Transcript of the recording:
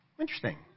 Interesting